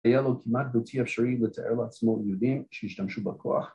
היה לו כמעט בלתי אפשרי לתאר לעצמו ילדים שהשתמשו בכוח